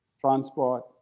transport